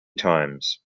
times